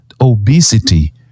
obesity